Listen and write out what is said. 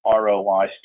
ROI